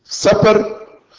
Supper